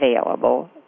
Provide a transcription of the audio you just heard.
available